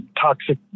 toxic